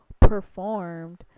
performed